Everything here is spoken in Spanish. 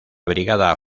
brigada